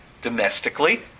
Domestically